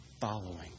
following